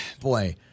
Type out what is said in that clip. boy